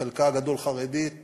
חלקה הגדול חרדית מירושלים,